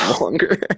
longer